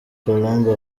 colombe